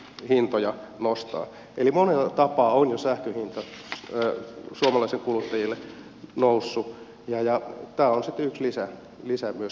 eli monella tapaa on jo sähkön hinta suomalaisille kuluttajille noussut ja tämä on sitten myöskin yksi lisä siellä